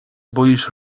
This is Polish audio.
boisz